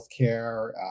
healthcare